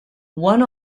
one